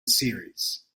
series